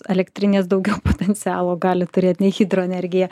elektrinės daugiau potencialo gali turėt nei hidroenergija